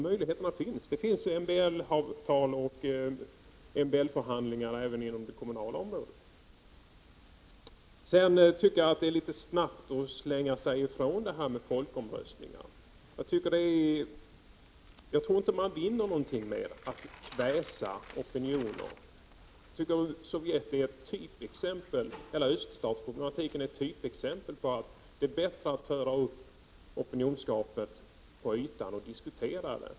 Det finns MBL-avtal och MBL-förhandlingar även på det kommunala området. Jag tycker vidare att man litet väl snabbt vill komma ifrån frågan om folkomröstningar. Jag tror inte att man vinner något på att kväsa opinioner. Jag tycker att Sovjet och hela öststatsproblematiken är ett typexempel på att det är bättre att föra upp opinionsklyftorna till ytan och diskutera dem.